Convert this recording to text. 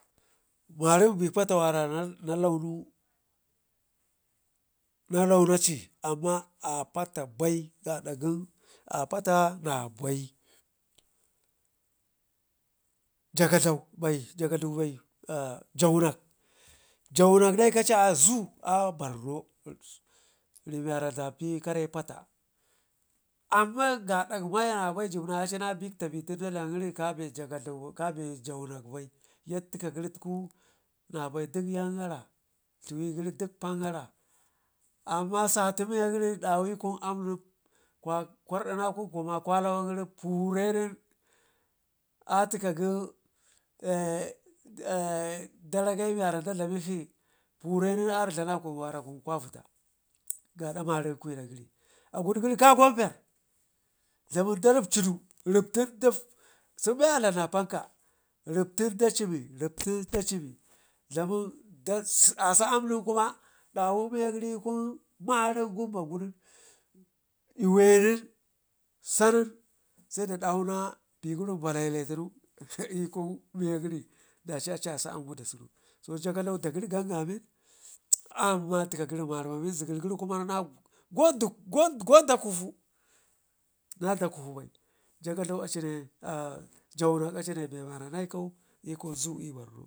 Marin be pata wara na launu nalaunaci amma pata bai gaada gən apata nabai jagadlau bai jau nak jaunak nekaci azoo a barno remiwara dapikarepata, amman gadak manabai jibnaci abi bikta benen kabe jaunak bai yay tikagaratku nabai dikyan gara dluwe gəru dikpangara, amma sati miyagərin dawe kun aam nen kwardinakun kunma kwalawan gərin pure nen atikagən daragai miwara dadlamikshi purenen ardlanakaun wara kun kwa vidda gadak marim miya gəri agud gəri ka kwaigar dlamin da ripcidu riptun nen sen men a dlamna panka ripten da cimi riptin da cimi dlamuu asa aam nenkum a dawu miya gəri i'kun marem gunbak gu nən i'wee nən sanun se dawuna be gəri bakele tunu i'kun miyagəri daci acii asa aam gəru da riwu so jagadlau dagəri ganga min ammatika gəri marmamin zegərgəri kuma go ɗakufu naɗakufu bai jagadlau acine agadalauatune jaunak acine be me war a naikau i'kum zoo i'bar no.